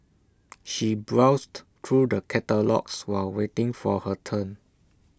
she browsed through the catalogues while waiting for her turn